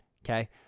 Okay